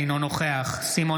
אינו נוכח סימון